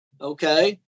Okay